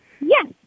Yes